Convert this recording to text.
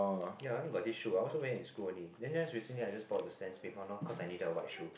ya I only got this shoe I also wear it in school only then then recently I just bought the Stan Smith one lor cause I needed the white shoe